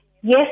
yes